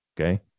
Okay